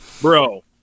bro